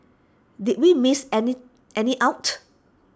did we miss any any out